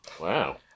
Wow